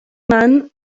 man